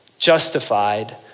justified